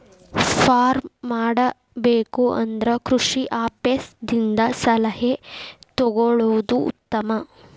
farm ಮಾಡಬೇಕು ಅಂದ್ರ ಕೃಷಿ ಆಪೇಸ್ ದಿಂದ ಸಲಹೆ ತೊಗೊಳುದು ಉತ್ತಮ